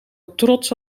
trots